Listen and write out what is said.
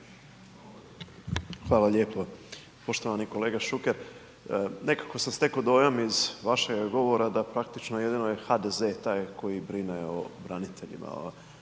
Hvala lijepo. Poštovani kolega Šuker, nekako sam steko dojam iz vašega govora da praktično jedino je HDZ taj koji brine o braniteljima,